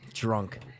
Drunk